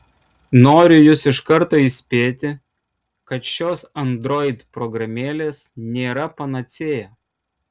noriu jus iš karto įspėti kad šios android programėlės nėra panacėja